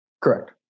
Correct